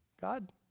God